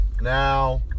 Now